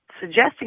suggesting